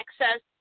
access